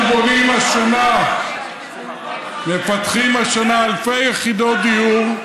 אנחנו בונים השנה, מפתחים השנה, אלפי יחידות דיור,